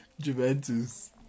Juventus